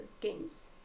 games